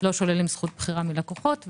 לא שוללים זכות בחירה מלקוחות,